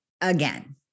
again